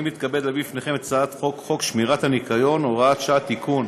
אני מתכבד להביא לפניכם את הצעת חוק שמירת הניקיון (הוראת שעה) (תיקון),